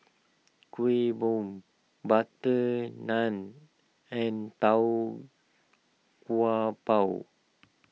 Kuih Bom Butter Naan and Tau Kwa Pau